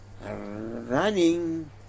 running